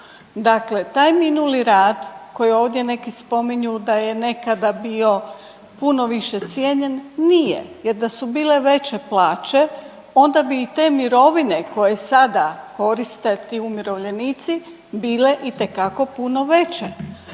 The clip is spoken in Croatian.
Dakle taj minuli rad koji ovdje neki spominju da je nekada bio puno više cijenjen, nije, jer da su bile veće plaće onda bi i te mirovine koje sada koriste ti umirovljenici bile itekako puno veće,